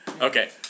Okay